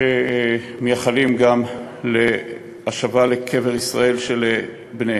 שמייחלים גם להשבה לקבר ישראל של בניהם.